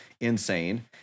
insane